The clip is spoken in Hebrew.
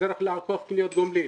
הדרך לעקוף פעילויות גומלין,